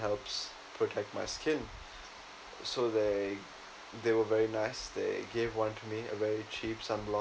helps protect my skin so they they were very nice they gave one to me a very cheap sunblock